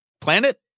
planet